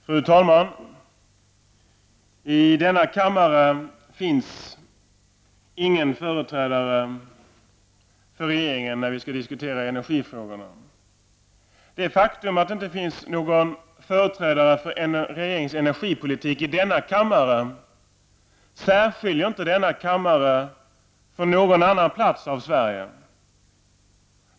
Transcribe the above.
Fru talman! I denna kammare finns ingen företrädare för regeringen när vi skall diskutera energifrågorna. Det faktum att det inte finns någon företrädare för regeringens energipolitik i denna kammare särskiljer inte denna kammare från någon annan plats i Sverige.